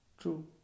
true